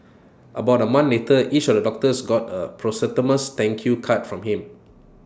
about A month later each of the doctors got A posthumous thank you card from him